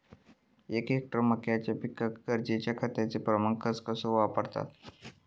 एक हेक्टर मक्याच्या पिकांका गरजेच्या खतांचो प्रमाण कसो वापरतत?